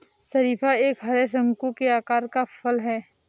शरीफा एक हरे, शंकु के आकार का फल है